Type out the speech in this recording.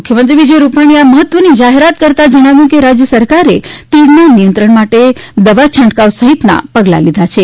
મુખ્યમંત્રી વિજય રૂપાણીએ આ મહત્વની જાહેરાત કરતા જાણાવ્યું હતું કે રાજ્ય સરકારે તીડનાં નિયંત્રણ માટે દવા છંટકાવ સહિતના પગલાં લીધા છે